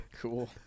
Cool